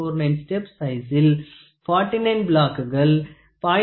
49 step சைசில் 49 பிளாக்குகள் 0